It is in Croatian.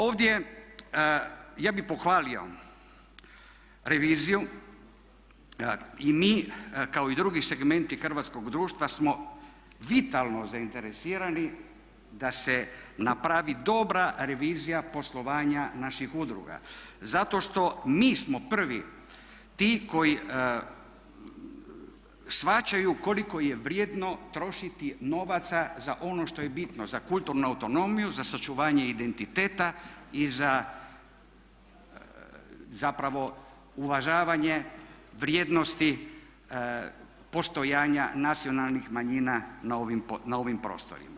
Ovdje ja bi pohvalio reviziju i mi kao i drugi segmenti hrvatskog društva smo vitalno zainteresirani da se napravi dobra revizija poslovanja naših udruga zato što mi smo prvi ti koji shvaćaju koliko je vrijedno trošiti novaca za ono što je bitno za kulturnu autonomiju, za sačuvanje identiteta i za zapravo uvažavanje vrijednosti postojanja nacionalnih manjina na ovim prostorima.